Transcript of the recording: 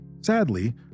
Sadly